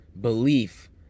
belief